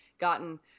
gotten